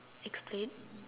explain